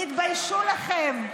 תתביישו לכם.